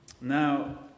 Now